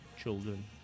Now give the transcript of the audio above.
children